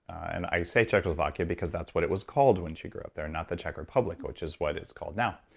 and i say czechoslovakia because that's what it was called when she grew up there, not the czech republic, which is what it's called now.